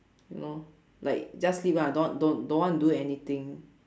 you know like just sleep lah don't don't don't want to do anything